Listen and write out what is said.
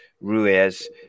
Ruiz